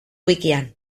wikian